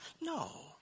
No